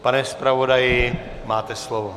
Pane zpravodaji, máte slovo.